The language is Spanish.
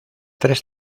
tres